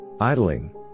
Idling